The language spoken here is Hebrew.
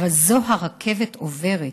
אבל זו הרכבת עוברת.